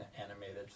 animated